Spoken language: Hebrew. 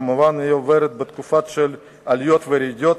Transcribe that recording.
וכמובן היא עוברת תקופות של עליות וירידות,